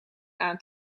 aan